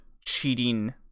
cheating